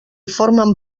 formen